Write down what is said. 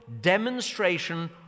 demonstration